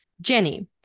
Jenny